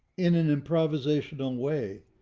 in an improvisation on way,